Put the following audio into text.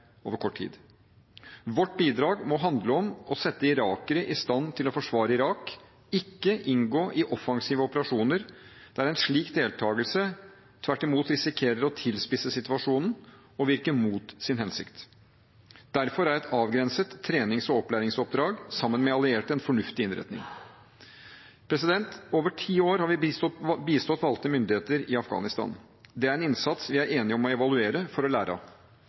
kort tid. Vårt bidrag må handle om å sette irakere i stand til å forsvare Irak, ikke inngå i offensive operasjoner der en med en slik deltakelse tvert imot risikerer at situasjonen tilspisses og virker mot sin hensikt. Derfor er et avgrenset trenings- og opplæringsoppdrag sammen med allierte en fornuftig innretning. I over ti år har vi bistått valgte myndigheter i Afghanistan. Det er en innsats vi er enige om å evaluere for å lære av.